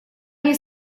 они